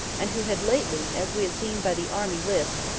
and who had lately, as we had seen by the army list,